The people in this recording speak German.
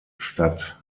statt